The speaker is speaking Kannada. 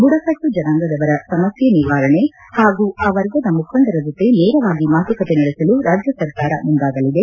ಬುಡಕಟ್ಟು ಜನಾಂಗದವರ ಸಮಸ್ಥೆ ನಿವಾರಣೆ ಹಾಗೂ ಆ ವರ್ಗದ ಮುಖಂಡರ ಜೊತೆ ನೇರವಾಗಿ ಮಾತುಕತೆ ನಡೆಸಲು ರಾಜ್ಯ ಸರ್ಕಾರ ಮುಂದಾಗಲಿದೆ